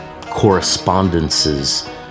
Correspondences